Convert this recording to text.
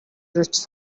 its